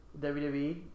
WWE